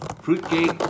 Fruitcake